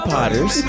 Potters